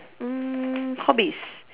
mm hobbies